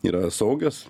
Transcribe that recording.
yra saugios